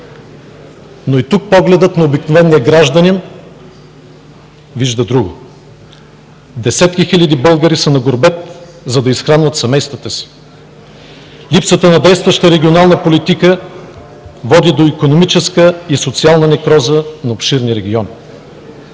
Но и тук погледът на обикновения гражданин вижда друго. Десетки хиляди българи са на гурбет, за да изхранят семействата си. Липсата на действаща регионална политика води до икономическа и социална некроза на обширни региони.